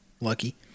Lucky